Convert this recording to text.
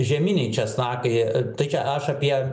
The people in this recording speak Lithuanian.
žieminiai česnakai jie tai čia aš apie